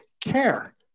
care